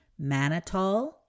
Manitol